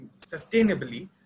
sustainably